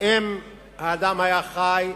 אם האדם היה חי,